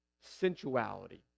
sensuality